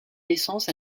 naissance